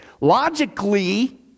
Logically